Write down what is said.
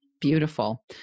beautiful